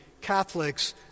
Catholics